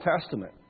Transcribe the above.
Testament